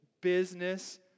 business